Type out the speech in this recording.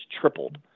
tripled